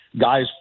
guys